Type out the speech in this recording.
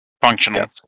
functional